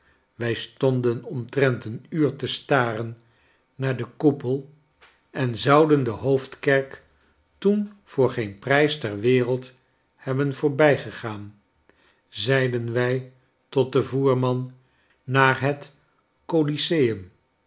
wij stonden omtrent een uur te staren naar den koepel en zouden de hoofdkerk toen voor geen prijs ter wereld hebben voorbijgegaan zeiden wij tot den voerman naar het c oliseum